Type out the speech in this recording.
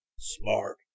Smart